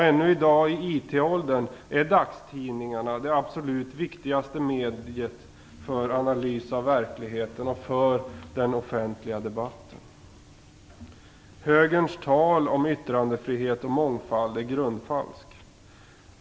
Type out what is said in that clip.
Ännu i dag i IT-åldern är dagstidningarna det absolut viktigaste mediet för analys av verkligheten och för den offentliga debatten. Högerns tal om yttrandefrihet och mångfald är grundfalskt.